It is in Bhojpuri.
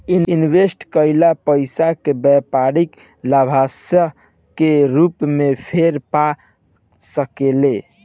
इनवेस्ट कईल पइसा के व्यापारी लाभांश के रूप में फेर पा सकेले